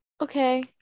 Okay